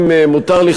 אם מותר לי,